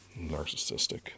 Narcissistic